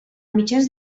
mitjans